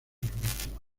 víctimas